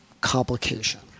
complication